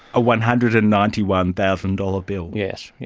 a one hundred and ninety one thousand dollars bill? yes.